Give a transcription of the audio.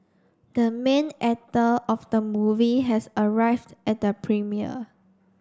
the main actor of the movie has arrived at the premiere